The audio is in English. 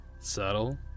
Subtle